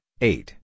eight